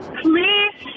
please